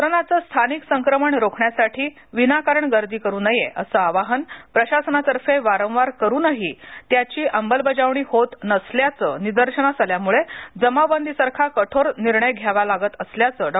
कोरोनाच स्थानिक संक्रमण रोखण्यासाठी विनाकारण गर्दी करू नये असं आवाहन प्रशासनातर्फे वारंवार करूनही त्याची अंमलबजावणी होत नसल्याचं निदर्शनास आल्यामुळेच जमावबंदीसारखा कठोर निर्णय घ्यावा लागत असल्याचं डॉ